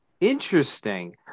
interesting